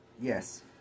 Yes